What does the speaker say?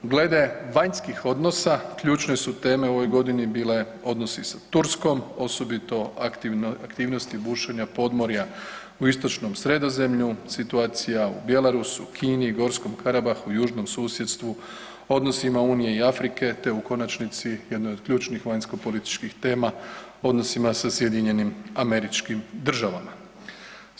Glede vanjskih odnosa ključne su teme u ovoj godini bile odnosi sa Turskom osobito aktivnosti bušenja podmorja u istočnom Sredozemlju, situacija u Bjelarusu, u Kini, Gorskom Karabahu, južnom susjedstvu, odnosima unije i Afrike, te u konačnici jedne od ključnih vanjsko političkih tema odnosima sa SAD-om.